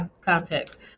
context